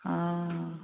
অঁ